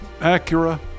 Acura